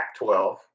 12